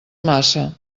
massa